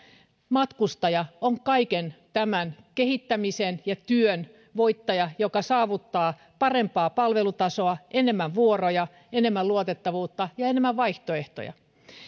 matkustaja on kaiken tämän kehittämisen ja työn voittaja joka saavuttaa parempaa palvelutasoa enemmän vuoroja enemmän luotettavuutta ja enemmän vaihtoehtoja